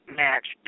match